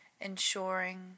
ensuring